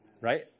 right